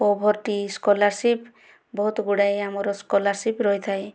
poverty scholarship ବହୁତ ଗୁଡ଼ାଏ ଆମର ସ୍କଲାରସିପ୍ ରହିଥାଏ